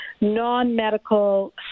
non-medical